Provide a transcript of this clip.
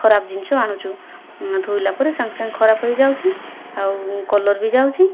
ଖରାପ ଜିନିଷ ଆଣୁଛୁ ଧୋଇଲା ପରେ ସାଙ୍ଗେ ସାଙ୍ଗେ ଖରାପ ହୋଇଯାଉଛି ଆଉ କଲର ବି ଯାଉଛି